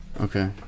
Okay